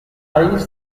alors